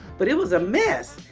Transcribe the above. but it was a mess,